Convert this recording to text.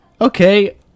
okay